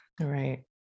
Right